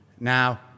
Now